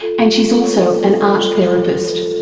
and she's also an art therapist.